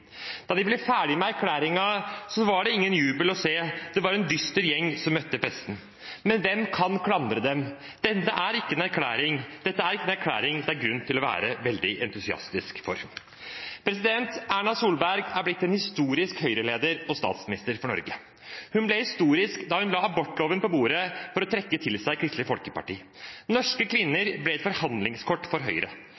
Da de var ferdig med erklæringen, var det ingen jubel å se – det var en dyster gjeng som møtte pressen. Men hvem kan klandre dem? Dette er ikke en erklæring det er grunn til å være veldig entusiastisk over. Erna Solberg er blitt en historisk Høyre-leder og statsminister for Norge. Hun ble historisk da hun la abortloven på bordet for å trekke til seg Kristelig Folkeparti. Norske kvinner